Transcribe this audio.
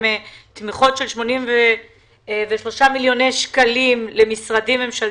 תמיכות בסך 83 מיליון שקלים למשרדי ממשלה